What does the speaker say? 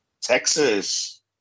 Texas